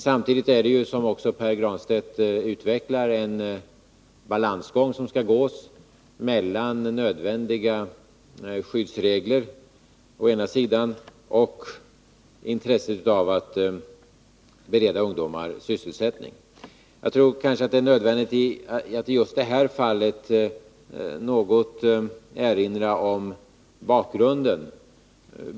Samtidigt är det, som också Pär Granstedt utvecklade i sitt inlägg, en balansgång som skall gås mellan å ena sidan nödvändiga skyddsregler och å andra sidan intresset av att bereda ungdomar sysselsättning. Jag tror att det är nödvändigt att just i det här fallet något erinra om bakgrunden.